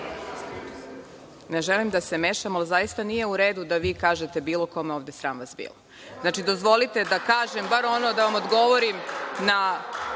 Ne želim da se mešam, ali zaista nije u redu da vi kažete bilo kome ovde - sram vas bilo. Dozvolite da vam barem odgovorim na